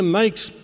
makes